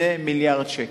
2 מיליארד שקל.